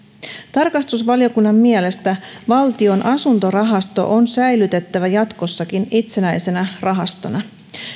tarkastusvaliokunnan mielestä valtion asuntorahasto on säilytettävä jatkossakin itsenäisenä rahastona